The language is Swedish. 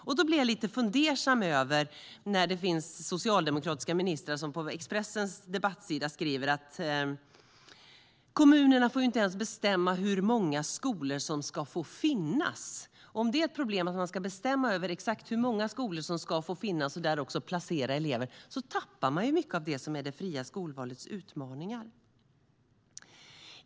Jag blir lite fundersam när det finns socialdemokratiska ministrar som på Expressens debattsida skriver att kommunerna inte ens får bestämma hur många skolor som ska få finnas. Om det är ett problem, om man ska bestämma exakt hur många skolor som ska få finnas och där också placera elever, tappar man ju mycket av det som är det fria skolvalets utmaningar.